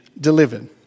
delivered